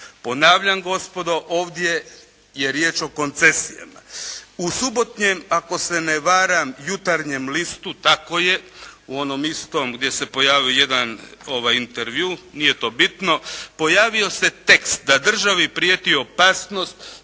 Ponavljam gospodo ovdje je riječ o koncesijama. U subotnjem ako se ne varam Jutarnjem listu, tako je, u onom istom gdje se pojavio jedan intervju, nije to bitno pojavio se tekst da državi prijeti opasnost